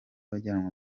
bajyanwa